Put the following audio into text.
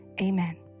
Amen